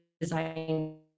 designing